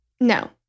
No